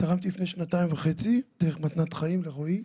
תרמתי לפני שנתיים וחצי דרך מתנת חיים לרועי,